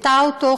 פיתתה אותו,